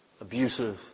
abusive